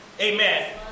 Amen